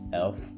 elf